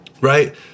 right